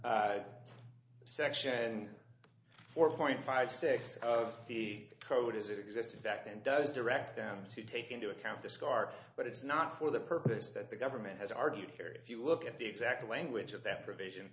section four point five six of the code as it existed back then does direct them to take into account the scar but it's not for the purpose that the government has argued care if you look at the exact language of that provision